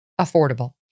affordable